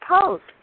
post